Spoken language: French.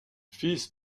fils